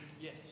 Yes